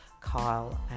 Kyle